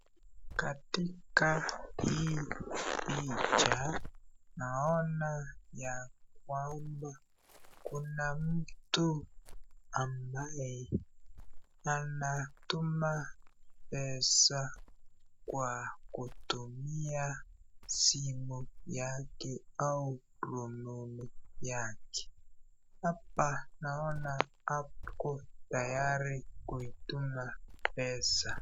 Katika hii picha naona ya kwamba Kuna mtu ambaye anatuma pesa kwa kutumia simu yake au rununu yake . Hapa naona ako tayari kutuma pesa.